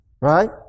right